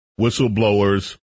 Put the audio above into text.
whistleblowers